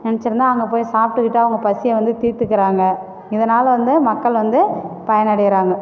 நினச்சிருந்தா அங்கே போய் சாப்பிடுக்கிட்டு அவங்க பசியை வந்து தீத்துக்கிறாங்க இதனால் வந்து மக்கள் வந்து பயனடைகிறாங்க